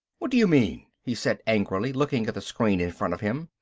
what do you mean, he said angrily, looking at the screen in front of him.